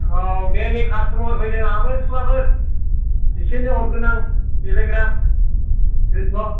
औ दे नै कास्टमार फैदों आहाबो सिख्लाफोर बिसोरनो हरग्रोनां देलायग्रा दोनथ'